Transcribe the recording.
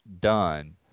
done